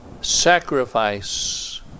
sacrifice